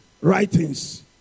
writings